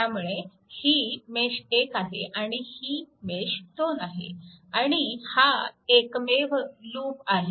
त्यामुळे ही मेश 1 आहे आणि ही मेश 2 आहे आणि हा एकमेव लूप आहे